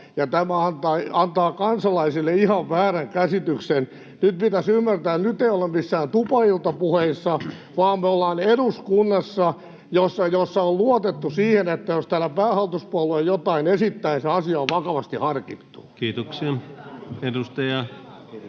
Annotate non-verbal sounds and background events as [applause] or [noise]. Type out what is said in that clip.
tämä antaa kansalaisille ihan väärän käsityksen. Nyt pitäisi ymmärtää, että nyt ei olla missään tupailtapuheissa, vaan me ollaan eduskunnassa, jossa on luotettu siihen, että jos täällä päähallituspuolue jotain esittää, niin se asia [noise]